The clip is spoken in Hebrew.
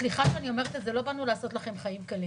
סליחה שאני אומרת, לא באנו לעשות לכם חיים קלים.